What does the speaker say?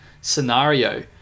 scenario